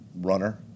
runner